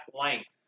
length